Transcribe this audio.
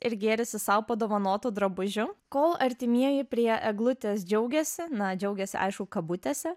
ir gėrisi sau padovanotu drabužiu kol artimieji prie eglutės džiaugėsi na džiaugėsi aišku kabutėse